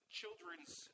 children's